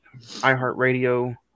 iHeartRadio